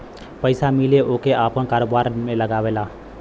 पइसा मिले ओके आपन कारोबार में लगावेला